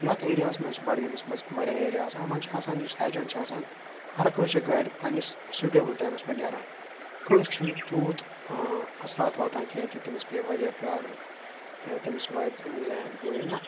یَتھ ایریاہَس منٛز چھِ بَڈگٲمِس منٛز واریاہ ایریا آسان یِمَن چھِ آسان یُس اٮ۪جنٛٹ چھِ آسان ہَرٕ کٲنٛسہِ چھےٚ گاڑِ پنٛنِس سیوٗٹیبٕل ٹایمَس پٮ۪ٹھ نیران کٲنٛسہِ چھِنہٕ تیوٗت اَثرات واتان کیٚنٛہہ کہِ تٔمِس پے واریاہ پیارُن یا تٔمِس واتہِ ذہنن ہُہ یہِ نَہ